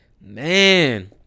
man